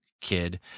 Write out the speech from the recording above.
kid